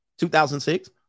2006